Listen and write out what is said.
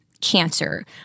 cancer